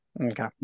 Okay